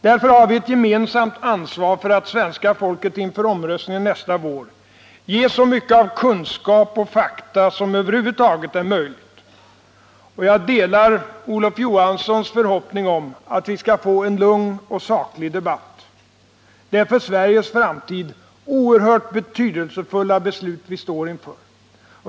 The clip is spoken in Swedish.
Därför har vi ett gemensamt ansvar för att svenska folket inför omröstningen nästa vår ges så mycket av kunskap och fakta som över huvud taget är möjligt. Jag delar Olof Johanssons förhoppning om att vi skall få en lugn och saklig debatt. Det är för Sveriges framtid oerhört betydelsefulla beslut vi står inför.